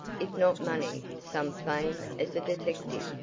if not money, some fame as a detective.